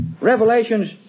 Revelations